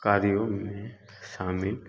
कार्यों में शामिल